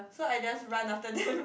so I just run after them